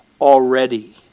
already